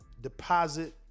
deposit